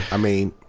i mean,